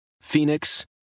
Phoenix